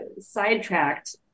sidetracked